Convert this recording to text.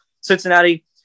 Cincinnati